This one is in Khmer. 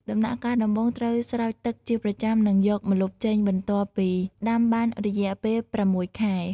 ដំណាក់កាលដំបូងត្រូវស្រោចទឹកជាប្រចាំនិងយកម្លប់ចេញបន្ទាប់ពីដាំបានរយៈពេលប្រាំមួយខែ។